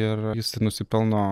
ir jis nusipelno